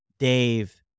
Dave